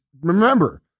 Remember